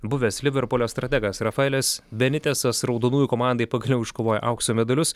buvęs liverpulio strategas rafaelis benitesas raudonųjų komandai pagaliau iškovojo aukso medalius